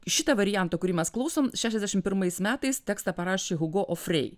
šitą variantą kurį mes klausom šešiasdešim pirmais metais tekstą parašė hugo ofrei